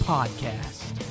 Podcast